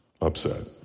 upset